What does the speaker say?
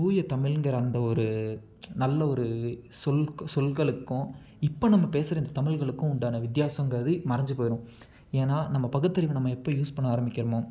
தூய தமிழ்ங்குற அந்த ஒரு நல்ல ஒரு சொல் சொல்களுக்கும் இப்போ நம்ம பேசுகிற இந்த தமிழ்களுக்கும் உண்டான வித்தியாசங்குறதே மறைஞ்சு போயிடும் ஏன்னா நம்ம பகுத்தறிவு நம்ம எப்போ யூஸ் பண்ண ஆரம்பிக்கிறமோ